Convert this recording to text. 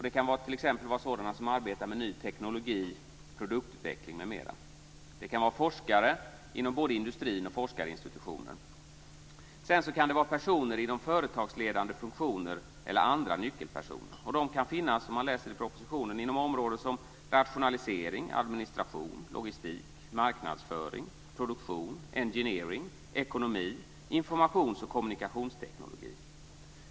Det kan t.ex. vara sådana som arbetar med ny teknik, produktutveckling m.m. · Personer inom företagsledande funktioner eller andra nyckelpersoner. Dessa kan, om man läser i propositionen, finnas inom områden som rationalisering, administration, logistik, marknadsföring, produktion, engineering, ekonomi samt informations och kommunikationsteknik.